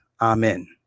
Amen